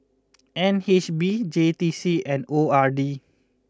N H B J T C and O R D